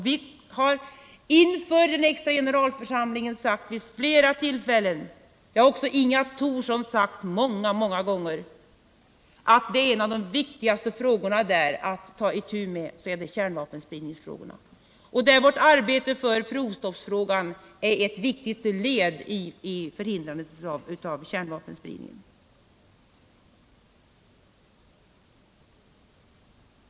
Vi har inför den extra generalförsamlingen vid flera tillfällen sagt att en av de viktigaste frågorna att ta itu med är den om kärnvapenspridning. Det har också Inga Thorsson sagt många, många gånger. Vårt arbete med provstoppsfrågan är ett viktigt led i förhindrandet av kärnvapenspridning.